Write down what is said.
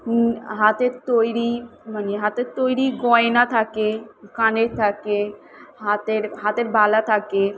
হাতের তৈরি মানে হাতের তৈরি গয়না থাকে কানের থাকে হাতের হাতের বালা থাকে